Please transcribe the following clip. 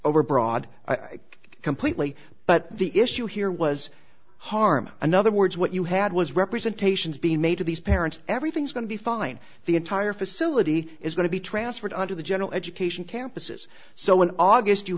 overbroad completely but the issue here was harm in another words what you had was representations being made to these parents everything's going to be fine the entire facility is going to be transferred onto the general education campuses so when august you